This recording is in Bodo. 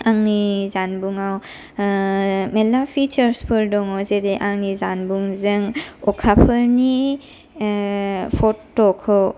आंनि जानबुंआव मेरला फिचारसफोर दंङ जेरै आंनि जानबुंजों अखाफोरनि फट'खौ